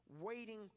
waiting